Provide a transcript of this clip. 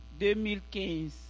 2015